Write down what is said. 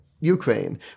Ukraine